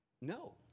no